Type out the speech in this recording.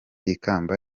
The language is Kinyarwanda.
ikamba